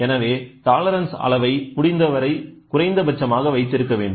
எனவே டாலரன்ஸ் அளவை முடிந்தவரை குறைந்த பட்சமாக வைத்திருக்க வேண்டும்